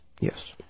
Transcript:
Yes